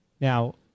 Now